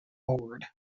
board